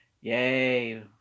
Yay